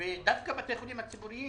ודווקא בתי החולים הציבוריים,